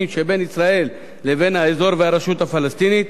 שבין ישראל לבין האזור והרשות הפלסטינית.